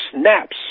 snaps